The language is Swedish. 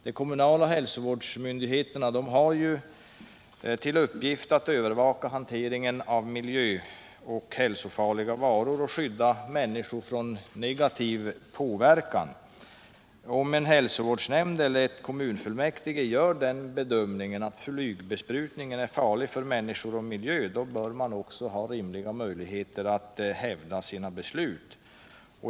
De kommunala hälsovårdsmyndigheterna har till uppgift att övervaka hanteringen av miljöoch hälsofarliga varor och skydda människor från negativ påverkan. Om en hälsovårdsnämnd eller en kommunfullmäktigeförsamling gör den bedömningen att flygbesprutningen är farlig för människor och miljöer, bör den också ha rimliga möjligheter att hävda sina beslut.